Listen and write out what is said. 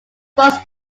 was